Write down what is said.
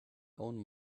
own